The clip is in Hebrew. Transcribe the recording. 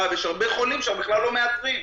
ויש הרבה חולים שאנחנו בכלל לא מאתרים.